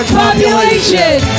population